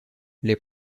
les